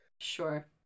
Sure